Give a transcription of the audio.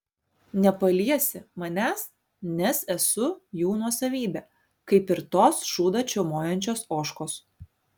nepaliesi manęs nes esu jų nuosavybė kaip ir tos šūdą čiaumojančios ožkos